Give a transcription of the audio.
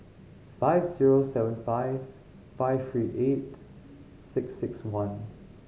five zero seven five five three eight six six one